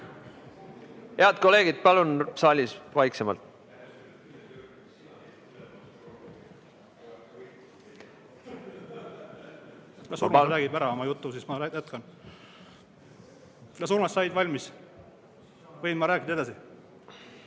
Head kolleegid, palun saalis vaiksemalt!